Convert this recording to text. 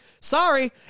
sorry